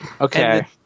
Okay